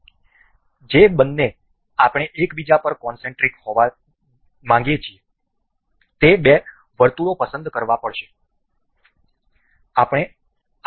તેથી જે બેને આપણે એકબીજા પર કોનસેન્ટ્રિક હોવું જરૂરી છે તે બે વર્તુળો પસંદ કરવાની જરૂર છે